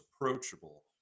approachable